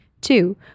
Two